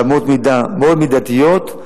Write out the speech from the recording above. באמות-מידה מאוד מידתיות,